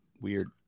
weird